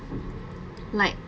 like